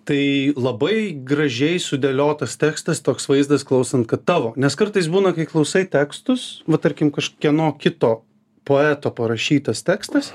tai labai gražiai sudėliotas tekstas toks vaizdas klausant kad tavo nes kartais būna kai klausai tekstus va tarkim kažkieno kito poeto parašytas tekstas